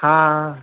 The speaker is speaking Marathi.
हां